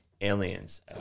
Aliens